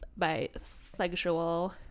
bisexual